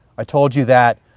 i told you that,